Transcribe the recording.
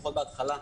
לפחות בהתחלה,